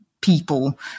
people